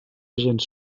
agents